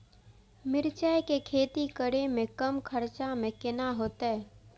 मिरचाय के खेती करे में कम खर्चा में केना होते?